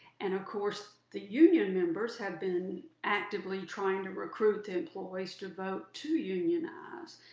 and of course, the union members have been actively trying to recruit the employees to vote to unionize,